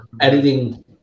Editing